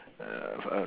err err